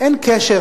אין קשר,